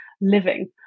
living